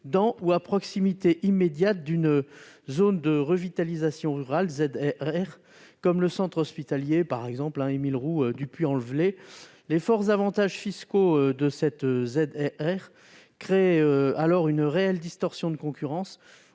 dans ou à proximité immédiate d'une zone de revitalisation rurale, une ZRR, comme le centre hospitalier Émile-Roux du Puy-en-Velay. Les forts avantages fiscaux de la ZRR créent alors une réelle distorsion de concurrence,